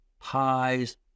pies